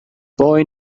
boy